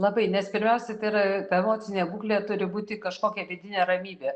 labai nes pirmiausia tai yra ta emocinė būklė turi būti kažkokia vidinė ramybė